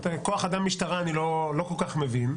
כוח אדם משטרה אני לא כל כך מבין.